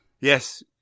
Yes